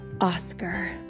Oscar